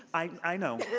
i know.